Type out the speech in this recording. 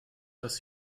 das